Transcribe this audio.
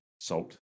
salt